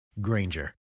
Granger